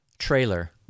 Trailer